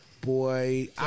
Boy